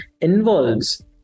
involves